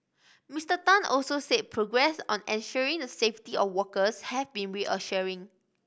Mister Tan also said progress on ensuring the safety of workers has been reassuring